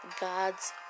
God's